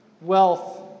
wealth